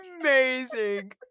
amazing